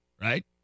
right